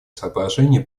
соображение